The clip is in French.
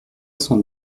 cent